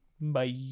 Bye